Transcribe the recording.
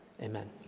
Amen